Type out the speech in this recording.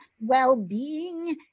well-being